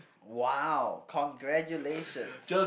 !wow! congratulations